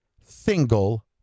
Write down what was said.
single